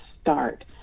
start